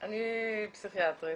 אני פסיכיאטרית,